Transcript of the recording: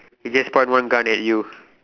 you just point one gun at you